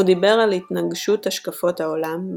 הוא דיבר על התנגשות השקפות העולם,